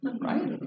right